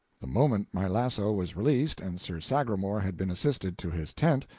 the moment my lasso was released and sir sagramor had been assisted to his tent,